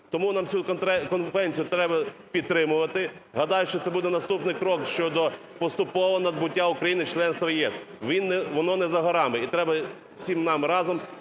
Тому нам цю конвенцію треба підтримувати. Гадаю, що це буде наступний крок щодо поступового набуття України членства в ЄС. Воно не за горами і треба всім нам разом